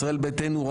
ישראל ביתנו,